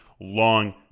long